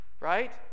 Right